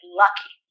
lucky